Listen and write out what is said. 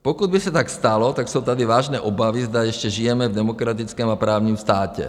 Pokud by se tak stalo, tak jsou tady vážné obavy, zda ještě žijeme v demokratickém a právním státě.